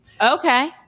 Okay